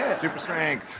super-strength!